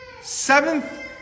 seventh